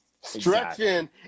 stretching